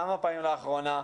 כמה פעמים לאחרונה,